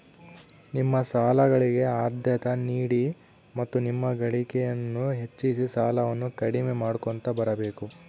ನಿಮ್ಮ ಸಾಲಗಳಿಗೆ ಆದ್ಯತೆ ನೀಡಿ ಮತ್ತು ನಿಮ್ಮ ಗಳಿಕೆಯನ್ನು ಹೆಚ್ಚಿಸಿ ಸಾಲವನ್ನ ಕಡಿಮೆ ಮಾಡ್ಕೊಂತ ಬರಬೇಕು